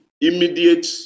immediate